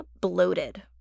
bloated